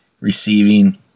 receiving